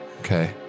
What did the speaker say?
Okay